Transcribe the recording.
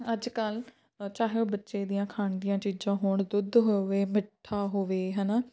ਅੱਜ ਕੱਲ੍ਹ ਚਾਹੇ ਉਹ ਬੱਚੇ ਦੀਆਂ ਖਾਣ ਦੀਆਂ ਚੀਜ਼ਾਂ ਹੋਣ ਦੁੱਧ ਹੋਵੇ ਮਿੱਠਾ ਹੋਵੇ ਹੈ ਨਾ